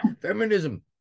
Feminism